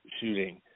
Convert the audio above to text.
shooting